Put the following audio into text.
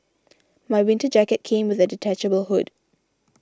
my winter jacket came with a detachable hood